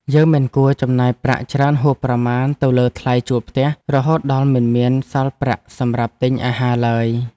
យើងមិនគួរចំណាយប្រាក់ច្រើនហួសប្រមាណទៅលើថ្លៃជួលផ្ទះ រហូតដល់មិនមានសល់ប្រាក់សម្រាប់ទិញអាហារឡើយ។